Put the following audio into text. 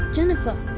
jennifer!